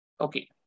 Okay